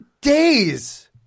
Days